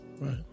Right